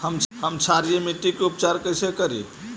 हम क्षारीय मिट्टी के उपचार कैसे करी?